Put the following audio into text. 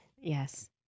Yes